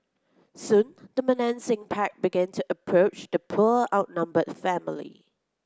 soon the menacing pack began to approach the poor outnumbered family